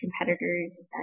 competitors